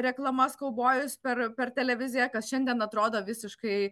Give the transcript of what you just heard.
reklamas kaubojus per per televiziją kas šiandien atrodo visiškai